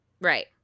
right